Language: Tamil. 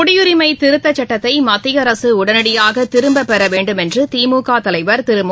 குடியுரிமைதிருத்தச்சட்டத்தைமத்தியஅரசுஉடனடியாகதிரும்பப்பெறவேண்டும் என்றுதிமுகதலைவர் திருமு